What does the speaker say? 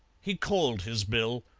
he called his bill,